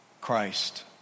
Christ